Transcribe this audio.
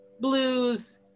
blues